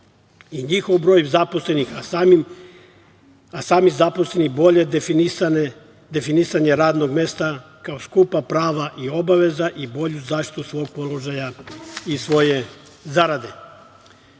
i njihov broj zaposlenih, a sami zaposleni bolje definisanje radnog mesta kao skupa prava i obaveza i bolju zaštitu svog položaja i svoje zarade. Svi